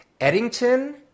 Eddington